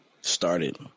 started